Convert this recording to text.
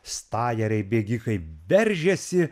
stajeriai bėgikai veržiasi